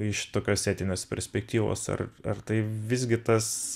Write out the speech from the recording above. iš tokios etinės perspektyvos ar ar tai visgi tas